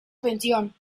pensión